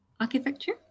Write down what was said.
architecture